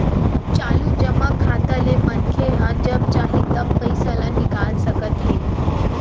चालू जमा खाता ले मनखे ह जब चाही तब पइसा ल निकाल सकत हे